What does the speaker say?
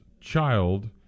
child